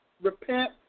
repent